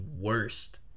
worst